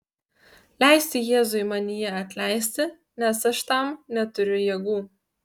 leisti jėzui manyje atleisti nes aš tam neturiu jėgų